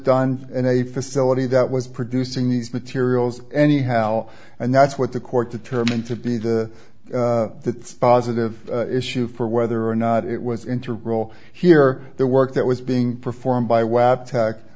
done in a facility that was producing these materials anyhow and that's what the court determined to be the positive issue for whether or not it was into role here the work that was being performed by